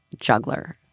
juggler